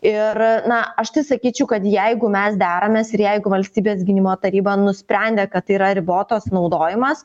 ir na aš tai sakyčiau kad jeigu mes deramės ir jeigu valstybės gynimo taryba nusprendė kad yra ribotas naudojimas